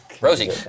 Rosie